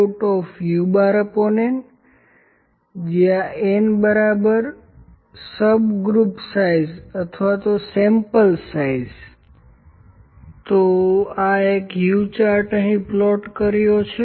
L u 3un n subgroup size અથ વા sample size તેથી આ એક U ચાર્ટ અહીં પ્લોટ કર્યો છે